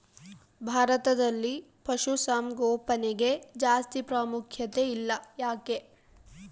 ಭಾರತದಲ್ಲಿ ಪಶುಸಾಂಗೋಪನೆಗೆ ಜಾಸ್ತಿ ಪ್ರಾಮುಖ್ಯತೆ ಇಲ್ಲ ಯಾಕೆ?